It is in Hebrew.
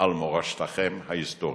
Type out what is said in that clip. על מורשתכם ההיסטורית.